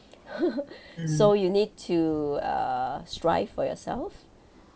so you need to err strive for yourself